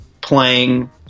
playing